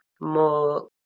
more